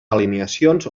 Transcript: alineacions